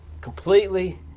completely